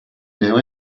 know